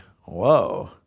Whoa